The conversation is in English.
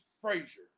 Frazier